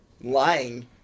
lying